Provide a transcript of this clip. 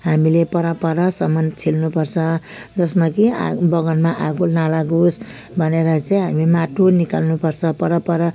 हामीले परपरसम्म छिल्नुपर्छ जसमा कि बगानमा आगो नलागोस् भनेर चाहिँ हामी माटो निकाल्नुपर्छ परपर